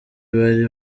bari